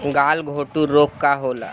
गलघोटू रोग का होला?